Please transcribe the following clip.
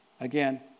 Again